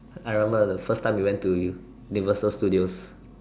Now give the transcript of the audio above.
I remember the first time we went to universal studios